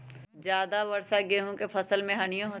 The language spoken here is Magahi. ज्यादा वर्षा गेंहू के फसल मे हानियों होतेई?